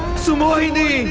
sammohini.